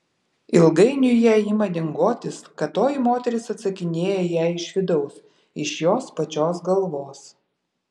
ilgainiui jai ima dingotis kad toji moteris atsakinėja jai iš vidaus iš jos pačios galvos